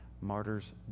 martyrs